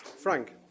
Frank